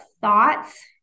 thoughts